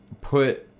put